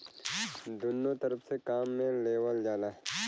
दुन्नो तरफ से काम मे लेवल जाला